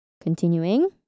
Continuing